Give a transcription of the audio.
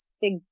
big